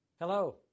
Hello